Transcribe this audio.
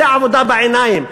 זה עבודה בעיניים.